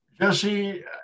Jesse